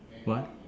what